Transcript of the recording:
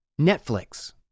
Netflix